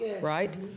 right